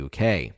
UK